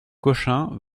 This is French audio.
cochin